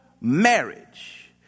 marriage